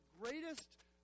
greatest